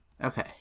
Okay